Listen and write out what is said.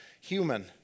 human